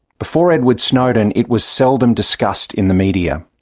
before edward snowden, it was seldom discussed in the media.